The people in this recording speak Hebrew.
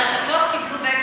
אז הרשתות קיבלו,